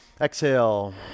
Exhale